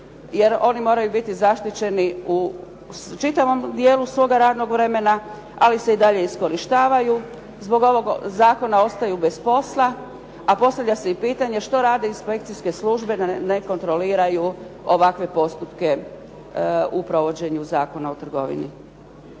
jer oni moraju biti zaštićeni u čitavom dijelu svoga radnog vremena, ali se i dalje iskorištavaju, zbog ovog zakona ostaju bez posla. A postavlja se i pitanje što rade inspekcijske službe da ne kontroliraju ovakve postupke u provođenju Zakona o trgovini.